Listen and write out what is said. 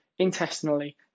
intestinally